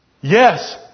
Yes